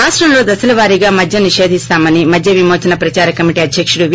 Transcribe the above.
రాష్టంలో దశలవారీగా మద్యం నిషేధిస్తామని మద్యవిమోచన ప్రదార కమిటీ అధ్యకుడు వి